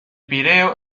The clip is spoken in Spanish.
pireo